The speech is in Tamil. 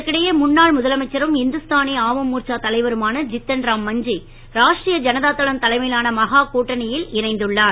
இதற்கிடையே முன்னாள் முதலமைச்சரும் இந்துஸ்தானி ஆவம் மூர்ச்சா தலைவருமான ஜித்தன்ராம் மஞ்சி ராஷ்டீரிய ஜனதா தளம் தலைமையிலான மகா கூட்டணியில் இணைந்துள்ளார்